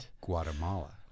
Guatemala